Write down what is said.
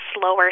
slower